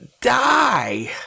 die